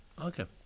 Okay